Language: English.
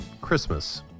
Christmas